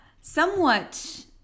somewhat